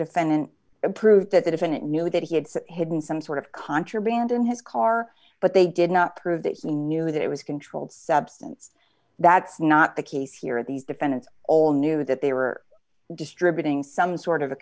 defendant proved that the defendant knew that he had some hidden some sort of contraband in his car but they did not prove that he knew that it was controlled substance that's not the case here at these defendants all knew that they were distributing some sort of a